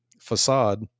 facade